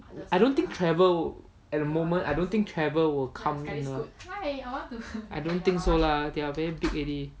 I don't think travel at the moment I don't think travel will come you know I don't think so lah they are very big already